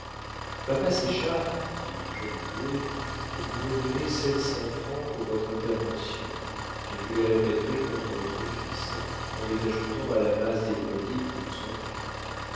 papa séchard dit le jeune avoué vous me devez sept cents francs pour votre intervention mais vous les répéterez contre votre fils en les ajoutant à la masse des loyers qui vous sont dus